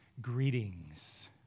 greetings